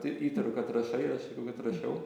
tai įtariu kad rašai ir aš sakiau kad rašau